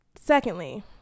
Secondly